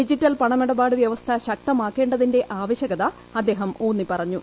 digital പണമിടപാട് വൃവസ്ഥ ശക്തമാക്കേണ്ടതിന്റെ ആവശൃകത അദ്ദേഹം ഊന്നിപ്പറഞ്ഞു